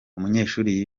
umunyeshuri